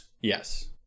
Yes